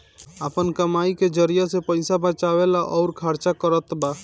आपन कमाई के जरिआ से पईसा बचावेला अउर खर्चा करतबा